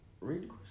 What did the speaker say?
Read